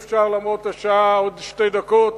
יש לנו מהשבוע שעבר שארית בנושא: